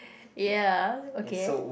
ya okay